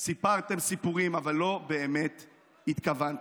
סיפרתם סיפורים אבל לא באמת התכוונתם.